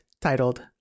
titled